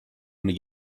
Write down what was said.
wanna